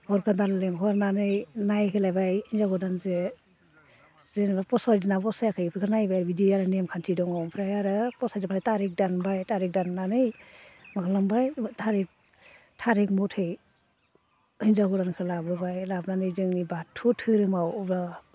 बर गोदान लिंहरनानै नायहोलायबाय हिनजाव गोदानजों जेनेबा पसायदोना पसायाखै बेफोरखौ नायबाय बिदि आरो नेम खान्थि दङ ओमफ्राय आरो पसायदोबा तारिख दानबाय तारिख दाननानै मा खालामबाय तारिख मथै हिनजाव गोदानखौ लाबोबाय लाबोनानै जोंनि बाथौ धोरोमाव